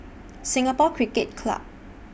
Singapore Cricket Club